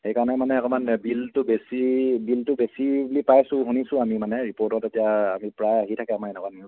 সেইকাৰণে মানে অকণমান বিলটো বেছি বিলটো বেছি বুলি পাইছোঁ শুনিছোঁ আমি মানে ৰিপৰ্টত এতিয়া আমি প্ৰায় আহি থাকে আমাৰ এনেকুৱা নিউজ